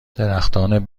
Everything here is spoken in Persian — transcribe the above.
درختان